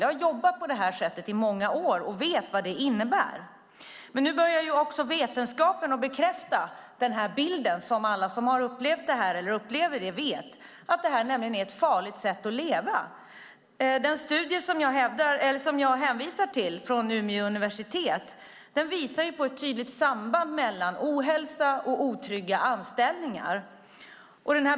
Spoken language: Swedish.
Jag har jobbat på detta sätt i många år och vet vad det innebär. Nu börjar också vetenskapen bekräfta den bild som alla som har upplevt eller upplever detta vet, nämligen att det är ett farligt sätt att leva. Den studie från Umeå universitet jag hänvisar till visar på ett tydligt samband mellan ohälsa och otrygga anställningar.